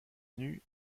nus